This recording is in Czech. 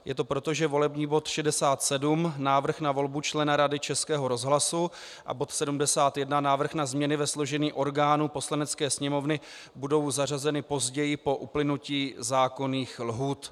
Je to proto, že volební body 67, Návrh na volbu člena Rady Českého rozhlasu, a 71, Návrh na změny ve složení orgánů Poslanecké sněmovny, budou zařazeny později po uplynutí zákonných lhůt.